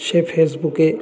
সে ফেসবুকে